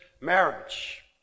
marriage